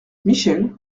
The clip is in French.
michel